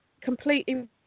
completely